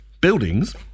Buildings